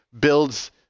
builds